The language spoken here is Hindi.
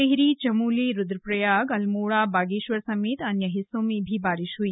टिहरी चमोली रुद्रप्रयाग अल्मोड़ा बागेश्वर समेत अन्य हिस्सों में भी बारिश हई